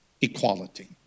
equality